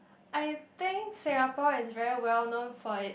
I think Singapore is very well known for it